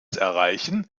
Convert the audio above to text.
erreichen